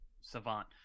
savant